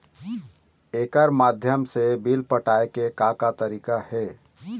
एकर माध्यम से बिल पटाए के का का तरीका हे?